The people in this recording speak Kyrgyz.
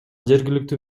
жергиликтүү